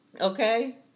Okay